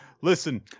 listen